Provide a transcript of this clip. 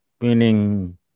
Meaning